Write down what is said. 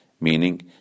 meaning